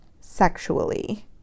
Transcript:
sexually